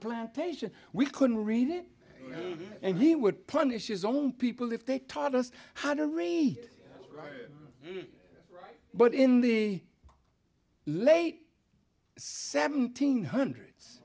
plantation we couldn't read it and he would punish his own people if they taught us how to read but in the late seventeen hundreds